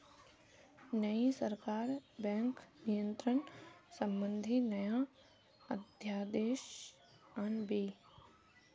नई सरकार बैंक नियंत्रण संबंधी नया अध्यादेश आन बे